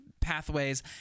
pathways